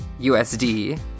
USD